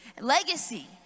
legacy